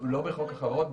לא בחוק החברות,